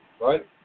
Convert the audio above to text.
right